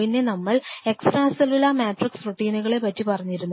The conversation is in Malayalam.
പിന്നെ നമ്മൾ നമ്മൾ എക്സ്ട്രാ സെല്ലുലാർ മാട്രിക്സ് പ്രോട്ടീനുകളെ പറ്റി പറഞ്ഞിരുന്നു